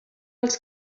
els